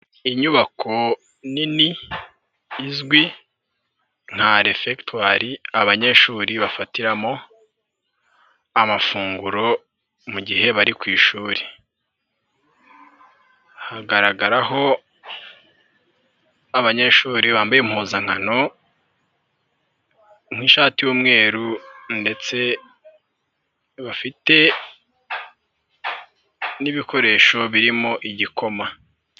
Inyubako nini izwi nka refegitwari, abanyeshuri bafatiramo amafunguro mu gihe bari ku ishuri, hagaragara abanyeshuri bambaye impuzankano nk'ishati y'umweru ndetse bafite n'ibikoresho birimo igikoma.